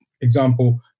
Example